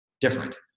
different